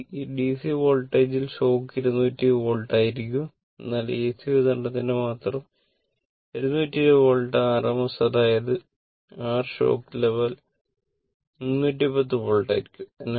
ഈ DC വോൾട്ടേജിൽ shock 220 volt ആയിരിക്കും എന്നാൽ AC വിതരണത്തിന് മാത്രം 220 വോൾട്ട് RMS അതായത് ആർ ഷോക്ക് ലെവൽ 310 വോൾട്ട് ആയിരിക്കും